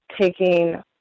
taking